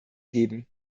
geben